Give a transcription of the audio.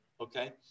okay